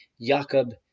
Jacob